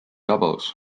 doubles